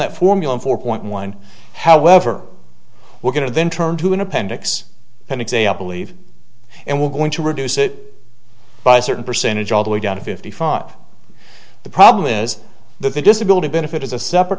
that formula four point one however we're going to then turn to an appendix an example leave and we're going to reduce it by a certain percentage all the way down to fifty five the problem is that the disability benefit is a separate